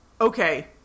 okay